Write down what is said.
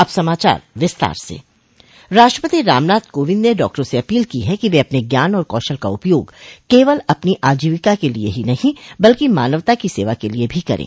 अब समाचार विस्तार से राष्ट्रपति रामनाथ कोविंद ने डॉक्टरों से अपील की है कि वे अपने ज्ञान और कौशल का उपयोग केवल अपनी आजीविका के लिए ही नहीं बल्कि मानवता की सेवा के लिए भी करें